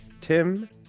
Tim